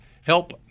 help